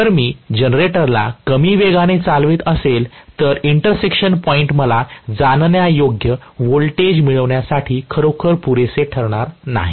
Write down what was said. जर मी जनरेटरला अगदी कमी वेगाने चालवित असेल तर इंटरसेक्शन पॉईंट मला जाणण्यायोग्य व्होल्टेज मिळविण्यासाठी खरोखर पुरेसे ठरणार नाही